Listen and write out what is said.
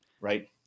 right